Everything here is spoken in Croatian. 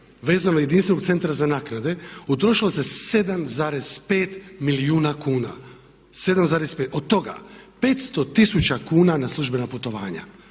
vezano jedinstvenog Centra za naknade utrošilo se 7,5 milijuna kuna. Od toga 500 tisuća kuna na službena putovanja.